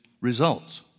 results